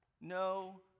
no